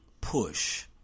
push